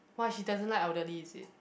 why she doesn't like elderly is it